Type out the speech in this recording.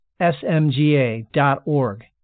smga.org